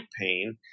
pain